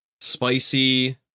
spicy